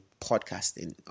podcasting